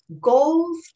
Goals